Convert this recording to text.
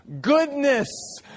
goodness